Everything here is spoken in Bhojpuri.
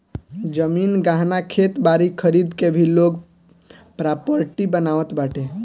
जमीन, गहना, खेत बारी खरीद के भी लोग प्रापर्टी बनावत बाटे